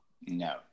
No